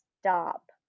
stop